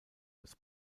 als